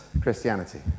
Christianity